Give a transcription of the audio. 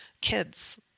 kids